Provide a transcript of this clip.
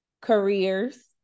careers